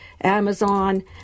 Amazon